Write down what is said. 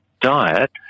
diet